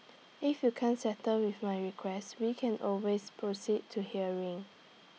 if you can't settle with my request we can always proceed to hearing